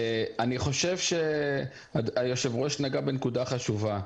אני חושב שהיושב-ראש נגע בנקודה חשובה.